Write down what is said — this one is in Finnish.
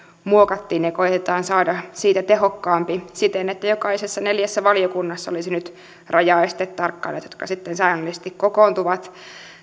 muokattiin ja koetetaan saada siitä tehokkaampi siten että jokaisessa neljässä valiokunnassa olisi nyt rajaestetarkkailijat jotka sitten säännöllisesti kokoontuvat